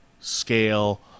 scale